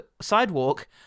sidewalk